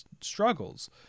struggles